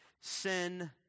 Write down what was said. sin